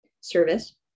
Service